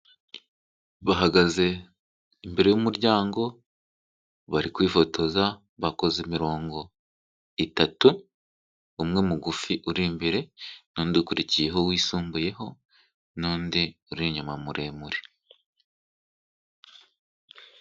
Bahagaze imbere y'umuryango, bari kwifotoza, bakoze imirongo itatu, umwe mugufi uri imbere, n'undi ukurikiyeho wisumbuyeho, n'undi uri inyuma muremure.